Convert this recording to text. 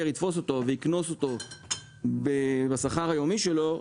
יתפוס אותו ויקנוס אותו בשכר היומי שלו,